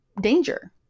danger